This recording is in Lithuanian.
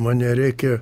man nereikia